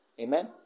Amen